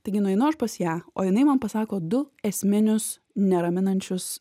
taigi nueinu aš pas ją o jinai man pasako du esminius neraminančius